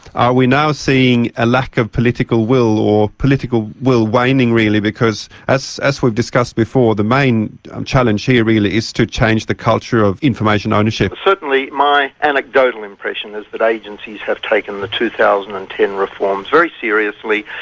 are we now seeing a lack of political will or political will waning, really, because as we've discussed before the main challenge here really is to change the culture of information ownership. certainly my anecdotal impression is that agencies have taken the two thousand and ten reforms very seriously,